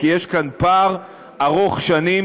כי יש כאן פער ארוך שנים,